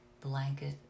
blanket